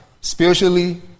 spiritually